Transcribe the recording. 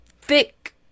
thick